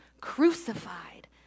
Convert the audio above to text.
crucified